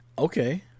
Okay